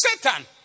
satan